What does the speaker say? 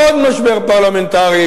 עוד משבר פרלמנטרי,